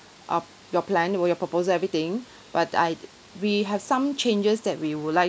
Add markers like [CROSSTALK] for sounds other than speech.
[BREATH] uh your plan well your proposal everything [BREATH] but I d~ we have some changes that we would like